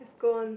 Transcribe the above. it's gone